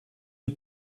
you